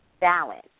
balance